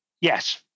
Yes